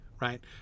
right